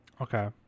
Okay